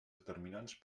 determinants